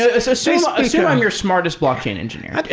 ah so so so assume i'm your smartest blockchain engineer.